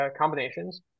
combinations